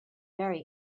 very